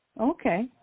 okay